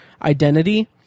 identity